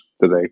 today